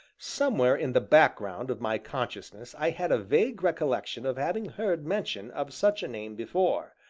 somewhere in the background of my consciousness i had a vague recollection of having heard mention of such a name before,